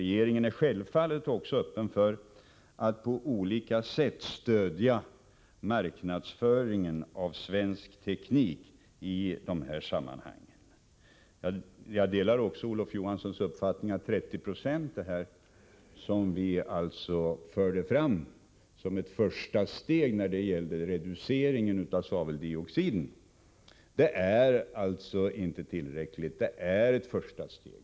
Regeringen är själfallet också öppen för att på olika sätt stödja marknadsföringen av svensk teknik i de här sammanhangen. Vidare delar jag Olof Johanssons uppfattning att de 30 2 som vi föreslagit som ett första steg när det gäller reduceringen & veldioxiden inte är tillräckligt. Det är, som sagt, ett första steg.